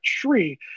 tree